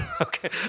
Okay